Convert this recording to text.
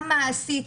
גם מעשית,